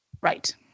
Right